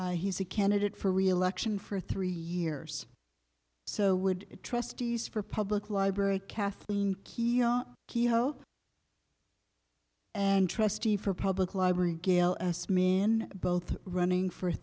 he's a candidate for reelection for three years so would trustees for public library kathleen key and trustee for public library gail asked me in both running for